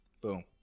Boom